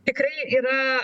tikrai yra